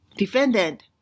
defendant